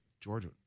Georgia